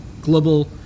global